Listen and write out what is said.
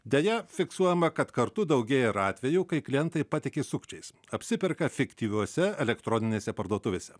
deja fiksuojama kad kartu daugėja ir atvejų kai klientai patiki sukčiais apsiperka fiktyviose elektroninėse parduotuvėse